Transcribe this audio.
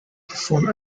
perform